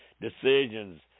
decisions